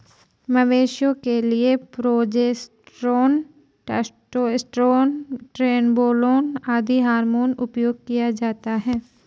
मवेशियों के लिए प्रोजेस्टेरोन, टेस्टोस्टेरोन, ट्रेनबोलोन आदि हार्मोन उपयोग किया जाता है